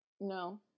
No